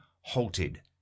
halted